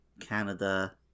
Canada